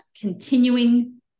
continuing